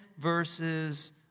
verses